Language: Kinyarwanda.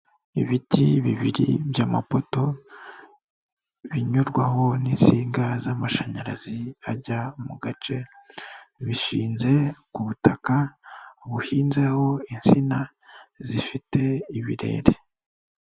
Ibiti bibiri by'amapoto binyurwaho n'insinga z'amashanyarazi ajya mu gace runaka, bishinze ku butaka buhinzeho insina zifite ibirere.